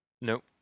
No